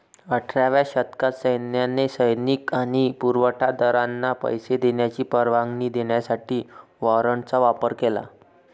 अठराव्या शतकात सैन्याने सैनिक आणि पुरवठा दारांना पैसे देण्याची परवानगी देण्यासाठी वॉरंटचा वापर केला